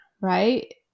Right